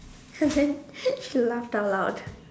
and then she laughed out loud